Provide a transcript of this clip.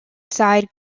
side